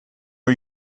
are